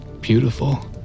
beautiful